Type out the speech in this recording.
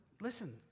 listen